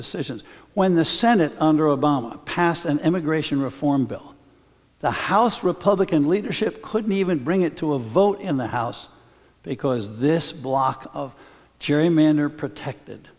decisions when the senate under obama passed an immigration reform bill the house republican leadership couldn't even bring it to a vote in the house because this block of gerrymander protected